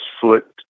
foot